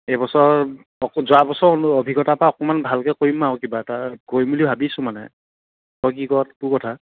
এইবছৰ যোৱা বছৰ অভিজ্ঞতা পৰা অকণমান ভালকে কৰিম আৰু কিবা এটা কৰিম বুলি ভাবিছোঁ মানে তই কি কৰ তোৰ কথা